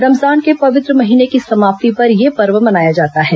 रमजान के पवित्र महीने की समाप्ति पर यह पर्व मनाया जाता है